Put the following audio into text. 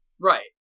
right